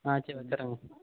ஆ சரி வந்துடுறேங்க